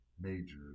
major